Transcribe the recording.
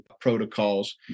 protocols